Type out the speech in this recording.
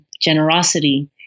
generosity